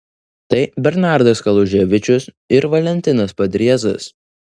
tai bernardas kaluževičius ir valentinas padriezas